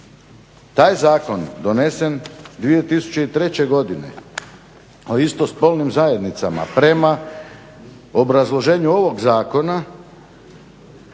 Taj zakon donesen 2003.godine o istospolnim zajednicama prema obrazloženju ovog zakona